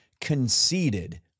conceded